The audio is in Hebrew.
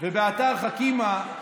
באתר "חכימא"